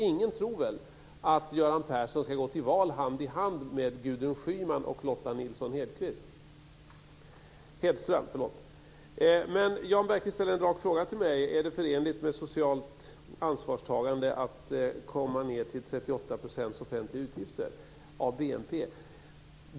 Ingen tror väl att Göran Persson ska gå till val hand i hand med Gudrun Schyman och Lotta N Hedström. Jan Bergqvist ställer en rak fråga till mig. Han undrar om det är förenligt med socialt ansvarstagande att komma ned till en nivå på de offentliga utgifterna på 38 % av BNP.